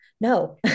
no